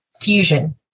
fusion